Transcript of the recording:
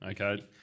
Okay